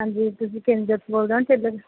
ਹਾਂਜੀ ਤੁਸੀਂ ਬੋਲਦੇ ਹੋ ਨਾ ਟੇਲਰ